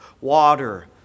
water